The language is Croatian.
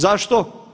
Zašto?